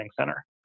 center